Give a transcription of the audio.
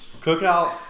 Cookout